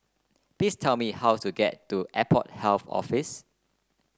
please tell me how to get to Airport Health Office